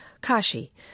Kashi